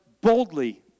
boldly